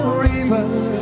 rivers